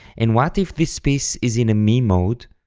and what if this piece is in a mi mode?